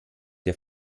der